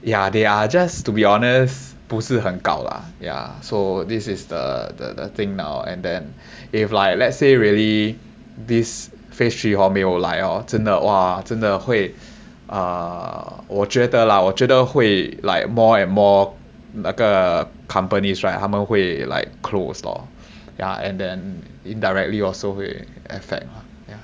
ya they are just to be honest 不是很高 lah ya so this is the the thing now and then if like let's say really this phase three hor 没有来 hor !wah! 真的 !wah! 真的会 err 我觉得 lah 我觉得会 like more and more 那个 companies right 他们会 like close lor ya and then indirectly or 收回 affect lah yeah